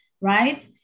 Right